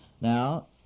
Now